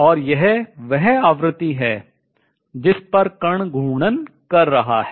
और यह वह आवृत्ति है जिस पर कण घूर्णन कर रहा है